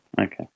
Okay